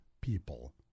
people